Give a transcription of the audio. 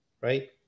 right